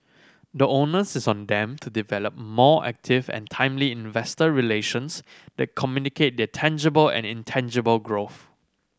the onus is on them to develop more active and timely investor relations that communicate their tangible and intangible growth